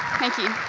thank you.